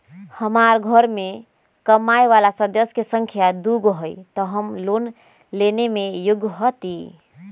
हमार घर मैं कमाए वाला सदस्य की संख्या दुगो हाई त हम लोन लेने में योग्य हती?